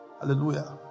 Hallelujah